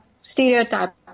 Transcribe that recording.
stereotype